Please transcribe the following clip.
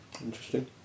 Interesting